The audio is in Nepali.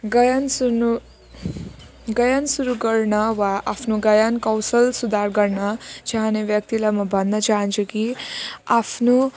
गायन सुन्नु गायन सुरु गर्न वा आफ्नो गायन कौशल सुधार गर्नु चाहने व्यक्तिलाई म भन्न चाहन्छु कि आफ्नो